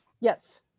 Yes